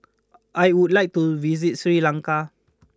I would like to visit Sri Lanka